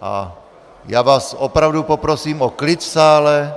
A já vás opravdu poprosím o klid v sále,